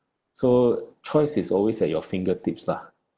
so choice is always at your fingertips lah